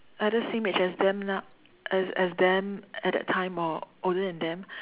either same age as them now as as them at that time or older than them